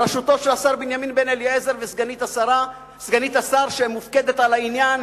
בראשותו של השר בנימין בן-אליעזר וסגנית השר שמופקדת על העניין,